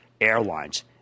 airlines